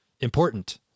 important